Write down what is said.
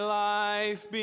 life